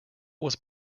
was